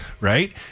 right